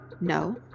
No